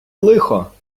лихо